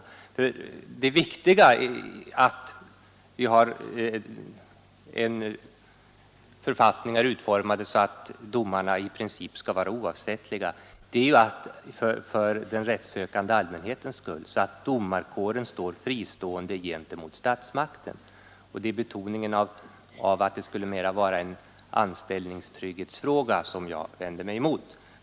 Jag menar att den väsentliga anledningen till att vi har en regel av innebörd att domarna i princip skall vara oavsättliga är ju hänsynen till den rättssökande allmänheten, som kräver att domarkåren är fristående i förhållande till statsmakten. Det är betoningen av att det mera skulle vara en anställningstrygghetsfråga som jag vänder mig emot.